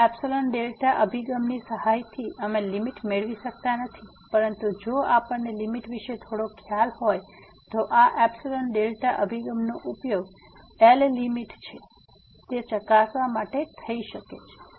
આ ϵδ અભિગમની સહાયથી અમે લીમીટ મેળવી શકતા નથી પરંતુ જો આપણને લીમીટ વિશે થોડો ખ્યાલ હોય તો આ ϵδ અભિગમનો ઉપયોગ L લીમીટ છે તે ચકાસવા માટે થઈ શકે છે